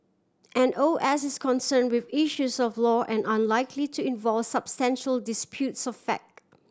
an O S is concern with issues of law and unlikely to involve substantial disputes of fact